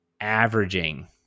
Averaging